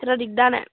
সিহঁতৰ দিগদাৰ নাই